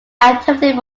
activity